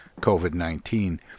COVID-19